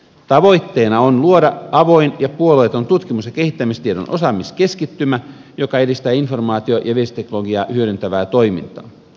tavoitteena on luoda avoin ja puolueeton tutkimus ja kehittämistiedon osaamiskeskittymä joka edistää informaatio ja viestintäteknologiaa hyödyntävää toimintaa